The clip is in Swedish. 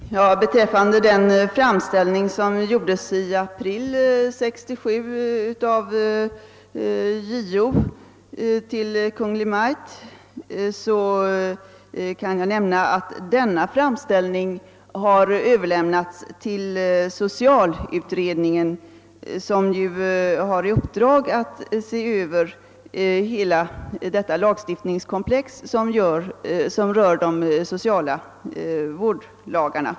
Herr talman! Jag kan nämna att den framställning, som JO i april 1967 gjorde till Kungl. Maj:t, har överlämnats till socialutredningen. Denna utredning har ju i uppdrag att se över hela det lagstiftningskomplex som rör de sociala vårdlagarna.